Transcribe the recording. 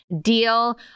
deal